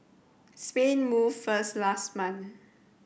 Spain moved first last month